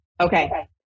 okay